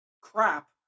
crap